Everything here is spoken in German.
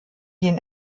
den